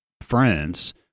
friends